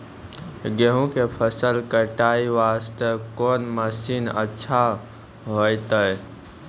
गेहूँ के फसल कटाई वास्ते कोंन मसीन अच्छा होइतै?